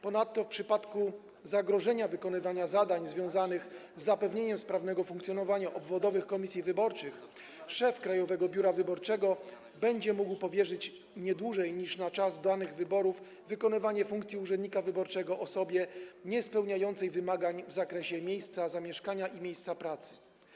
Ponadto w przypadku zagrożenia dotyczącego wykonywania zadań związanych z zapewnieniem sprawnego funkcjonowania obwodowych komisji wyborczych szef Krajowego Biura Wyborczego będzie mógł powierzyć - nie dłużej niż na czas danych wyborów - wykonywanie funkcji urzędnika wyborczego osobie niespełniającej wymagań w zakresie miejsca zamieszkania i miejsca pracy.